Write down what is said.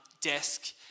desk